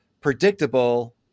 predictable